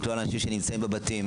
על האנשים שנמצאים בבתים.